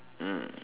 mm